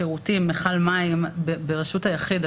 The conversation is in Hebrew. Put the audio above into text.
שירותים ומכל מים ברשות היחיד.